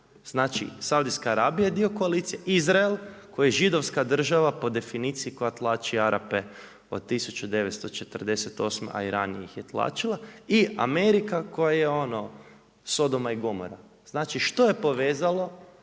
znači Saudijska Arabija je dio koalicije, Izrael, koji je Židovska država po definiciji koja tlači Arape od 1948., a i ranije ih je tlačila i Amerika koja je ono sodoma i gomora. Znači što je povezalo